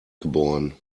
geboren